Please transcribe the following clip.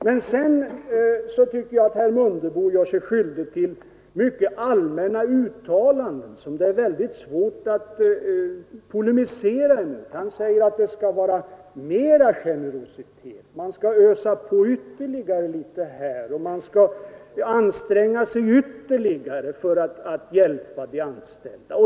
Men sedan tycker jag att herr Mundebo gör sig skyldig till mycket allmänna uttalanden, som det är svårt att polemisera emot. Han säger att det skall vara mer generositet, att man skall ösa på ytterligare litet, att man skall anstränga sig ännu mer för att hjälpa de anställda.